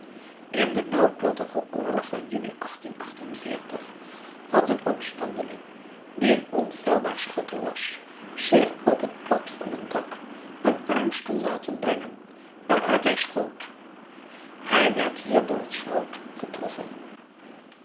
in den noodlottigen oorlog van juni had een opstandeling die een onfeilbaar schutter was zich op het plat van een dak een armstoel laten brengen waaruit hij schoot hij werd hier door het schroot getroffen